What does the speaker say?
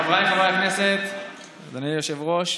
חבריי חברי הכנסת, אדוני היושב-ראש,